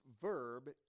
verb